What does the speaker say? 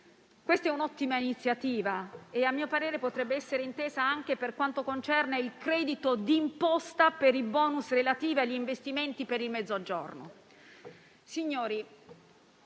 Questa è un'ottima iniziativa che - a mio parere - potrebbe essere intesa anche per quanto concerne il credito di imposta e per i *bonus* relativi agli investimenti per il Mezzogiorno.